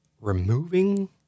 removing